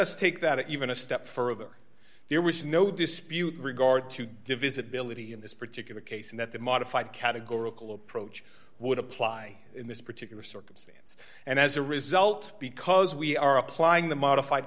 us take that even a step further there was no dispute regard to divisibility in this particular case and that the modified categorical approach would apply in this particular circumstance and as a result because we are applying the modified